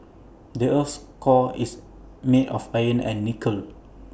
the Earth's core is made of iron and nickel